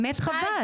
באמת חבל.